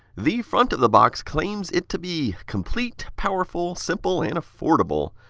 the front of the box claims it to be complete, powerful, simple, and affordable.